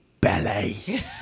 Ballet